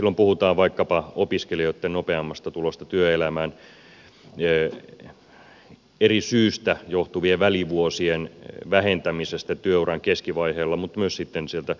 silloin puhutaan vaikkapa opiskelijoitten nopeammasta tulosta työelämään eri syistä johtuvien välivuosien vähentämisestä työuran keskivaiheilla mutta myös sitten sieltä loppupuolelta